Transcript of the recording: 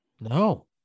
no